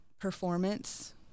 performance